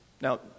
Now